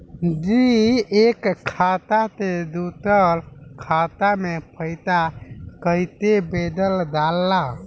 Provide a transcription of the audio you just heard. जी एक खाता से दूसर खाता में पैसा कइसे भेजल जाला?